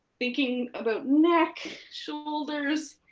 thinking about neck, shoulders,